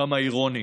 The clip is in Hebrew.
כמה אירוני.